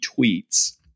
tweets